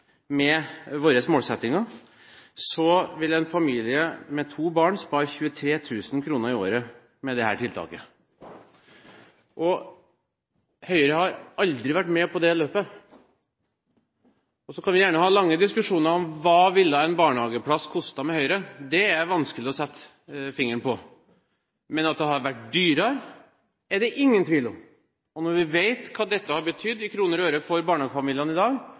med våre målsettinger, vil en familie med to barn spare 23 000 kr i året med dette tiltaket. Høyre har aldri vært med på det løpet. En kan gjerne ha lange diskusjoner om hva en barnehageplass ville kostet med Høyre. Det er vanskelig å si, men at det hadde vært dyrere, er det ingen tvil om. Når vi vet hva dette har betydd i kroner og øre for barnefamiliene i dag